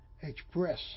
express